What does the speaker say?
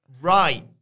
Right